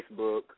Facebook